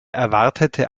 erwartete